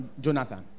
Jonathan